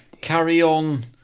Carry-on